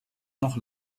noch